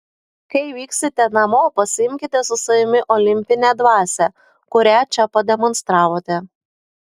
kai vyksite namo pasiimkite su savimi olimpinę dvasią kurią čia pademonstravote